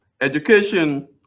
education